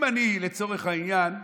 אם אני, לצורך העניין,